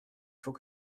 faut